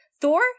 Thor